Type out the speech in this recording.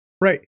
right